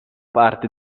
parte